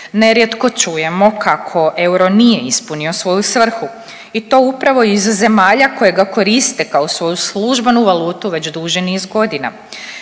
Nerijetko čujemo kako euro nije ispunio svoju svrhu. I to upravo iz zemalja koje ga koriste kao svoju službenu valutu već duži niz godina.